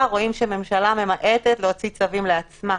רואים שממשלה ממעטת להוציא צווים לעצמה.